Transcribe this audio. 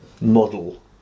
model